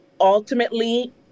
Ultimately